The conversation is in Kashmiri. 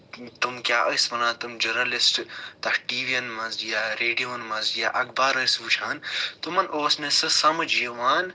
تِم کیاہ ٲسۍ وَنان تِم جٔرنَلِسٹ تَتھ ٹی وی ین منٛز یا ریڈیووَن منٛز یا اَخبار ٲسۍ وٕچھان تِمَن اوس نہٕ سُہ سَمجھ یِوان